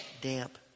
damp